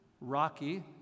rocky